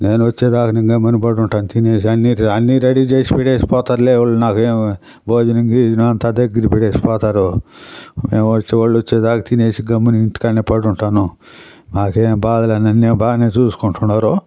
నేను వచ్చేదాకా నేను గమ్మున పడి ఉంటాను తినేసి అన్నీ అన్నీ రెడీ చేసి పెట్టేసి పోతారులే వాళ్ళు నాకేమి భోజనం గీజనం అంతా దగ్గర పడేసి పోతారు నేను వచ్చే వాళ్ళు వచ్చే దాకా తినేసి గమ్మున ఇంటి కాడనే పడుంటాను నాకేమి బాధలేదు నన్ను ఈడ బాగానే చూసుకుంటన్నారు